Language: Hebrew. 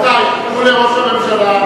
רבותי, תנו לראש הממשלה.